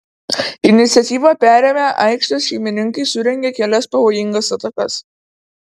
iniciatyvą perėmę aikštės šeimininkai surengė kelias pavojingas atakas